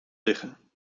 liggen